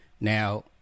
Now